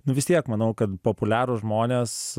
nu vis tiek manau kad populiarūs žmonės